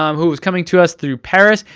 um who's coming to us through paris.